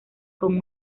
con